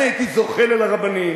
אני הייתי זוחל אל הרבנים,